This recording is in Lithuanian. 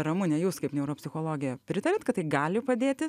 ramune jūs kaip neuropsichologė pritariat kad tai gali padėti